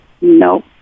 no